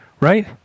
right